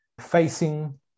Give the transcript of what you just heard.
facing